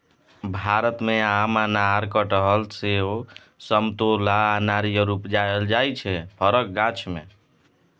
भारत मे आम, अनार, कटहर, सेब, समतोला आ नारियर उपजाएल जाइ छै फरक गाछ मे